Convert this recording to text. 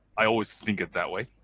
i always think it that way.